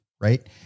right